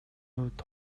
хувьд